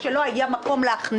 כיוון שלא משקלל את